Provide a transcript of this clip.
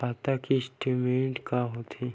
खाता के स्टेटमेंट का होथे?